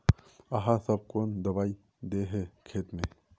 आहाँ सब कौन दबाइ दे है खेत में?